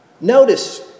Notice